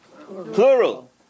Plural